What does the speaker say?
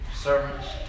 servants